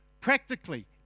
Practically